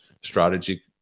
strategy